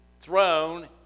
throne